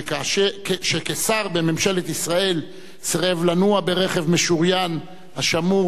שכשר בממשלת ישראל סירב לנוע ברכב משוריין השמור